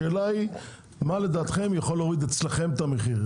השאלה היא מה לדעתכם יכול להוריד אצלכם את המחיר,